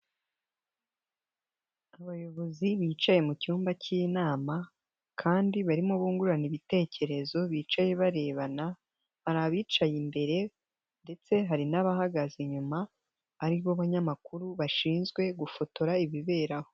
Abayobozi bicaye mu cyumba cy'inama kandi barimo bungurana ibitekerezo, bicaye barebana, hari abicaye imbere, ndetse hari n'abahagaze inyuma aribo banyamakuru bashinzwe gufotora ibibera aho.